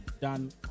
done